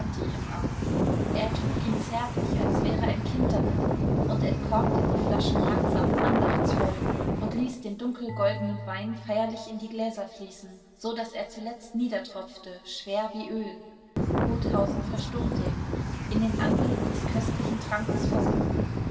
im arm er trug ihn zärtlich als wäre ein kind darin und entkorkte die flaschen langsam andachtsvoll und ließ den dunkelgoldenen wein feierlich in die gläser fließen so daß er zuletzt niedertropfte schwer wie öl rothausen verstummte in den anblick des köstlichen trankes versunken